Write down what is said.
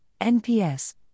NPS